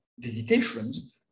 visitations